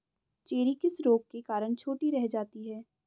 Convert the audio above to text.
Cherry किस रोग के कारण छोटी रह जाती है?